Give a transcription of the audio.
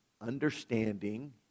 understanding